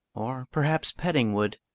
or perhaps petting would.